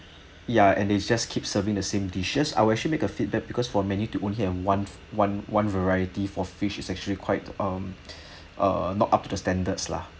ya and they just keep serving the same dishes I will actually make a feedback because for many to only have one one one variety for fish is actually quite um uh not up to the standards lah